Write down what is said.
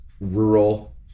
rural